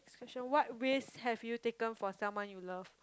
question what ways have you taken for someone you love